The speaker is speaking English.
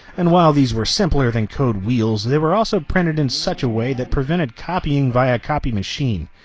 and while these were simpler than code wheels they were also printed in such a way that prevented copying by a copy machine.